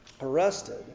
arrested